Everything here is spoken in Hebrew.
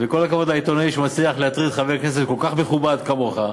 וכל הכבוד לעיתונאי שמצליח להטריד חבר כנסת כל כך מכובד כמוך.